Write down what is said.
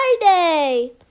Friday